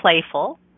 playful